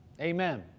Amen